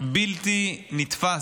בלתי נתפס.